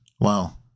Wow